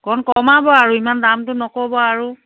কম্ কমাব আৰু ইমান দামটো নক'ব আৰু